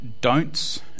don'ts